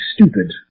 stupid